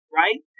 right